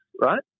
right